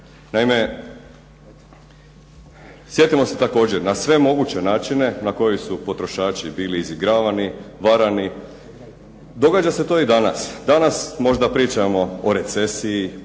Naime, sjetimo se također na sve moguće načine na koje su potrošači bili izigravani, varani. Događa se to i danas. Danas možda pričamo o recesiji,